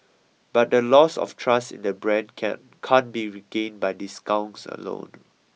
but the loss of trust in the brand can can't be regained by discounts alone